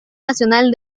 nacional